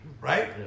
right